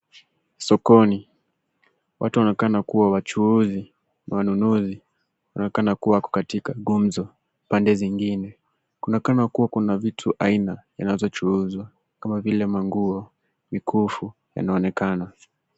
Sokoni, watu wanaonekana kubwa wachuuzi na wanunuzi wanaonekana kuwa wako katika gumzo. Pande zingine kunaonekana kuwa na vitu aina zinazochuuzwa kama vile manguo, mikufu yanaonekana.